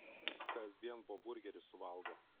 kasdien po burgerį suvalgo